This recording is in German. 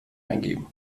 eingeben